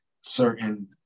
certain